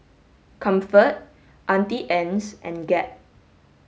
comfort Auntie Anne's and Gap